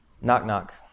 Knock-knock